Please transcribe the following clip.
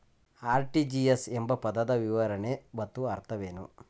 RTGS ಎಂಬ ಪದದ ವಿವರಣೆ ಮತ್ತು ಅರ್ಥವೇನು?